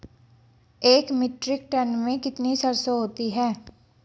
एक metric ton में कितनी सरसों होती है?